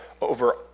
over